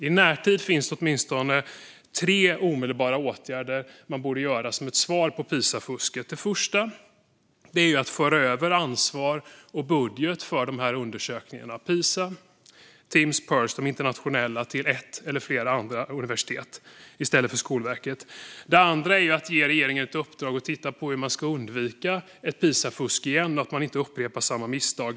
I närtid finns åtminstone tre åtgärder som bör göras som ett svar på Pisafusket. Den första är att föra över ansvar och budget för de internationella undersökningarna Pisa, Timss och Pirls från Skolverket till ett eller flera universitet. Den andra är att ge regeringen i uppdrag att titta på hur man ska undvika ett Pisafusk så att samma misstag inte upprepas.